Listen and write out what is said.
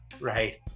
right